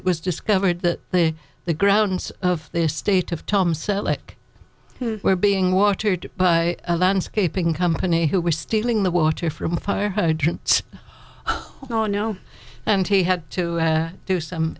it was discovered that the the grounds of this state of tom selleck were being watered by a landscaping company who were stealing the water from fire hydrants no no and he had to do some